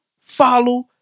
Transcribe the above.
follow